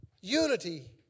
unity